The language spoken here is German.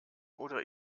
oder